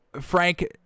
Frank